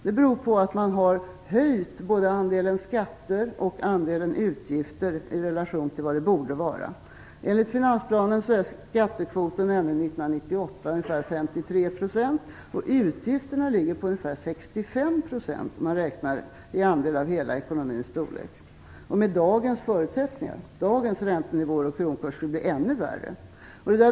Det beror på att man har höjt både andelen skatter och andelen utgifter i relation till vad de borde vara. Enligt finansplanen är skattekvoten ännu 1998 ungefär 53 %. Utgifterna ligger på ungefär 65 % om man räknar i andel av hela ekonomins storlek. Med dagens förutsättningar - dagens räntenivåer och kronkurs - skulle det bli ännu värre.